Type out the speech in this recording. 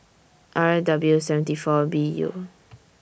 R W seventy four B U